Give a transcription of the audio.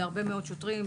זה הרבה מאוד שוטרים,